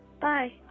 Bye